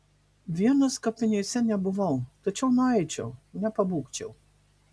vienas kapinėse nebuvau tačiau nueičiau nepabūgčiau